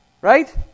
Right